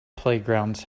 playgrounds